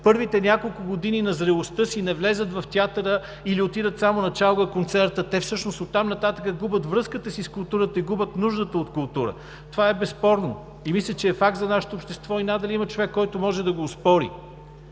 първите няколко години на зрелостта си не влезнат в театъра или отидат само на чалга концерт, те всъщност оттам нататък губят връзката си с културата и губят нуждата от култура. Това е безспорно и мисля, че е факт за нашето общество и надали има човек, който може да го оспори.